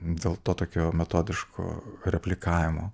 dėl to tokio metodiško replikavimo